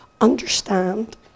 understand